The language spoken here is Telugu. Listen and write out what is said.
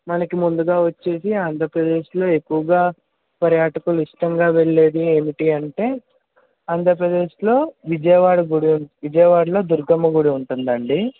మనకి ముందుగా వచ్చి ఆంధ్రప్రదేశ్లో ఎక్కువగా పర్యాటకులు ఇష్టంగా వెళ్ళేది ఏమిటీ అంటే ఆంధ్రప్రదేశ్లో విజయవాడ గుడి ఉ విజయవాడలో దుర్గమ్మ గుడి ఉంటుందండి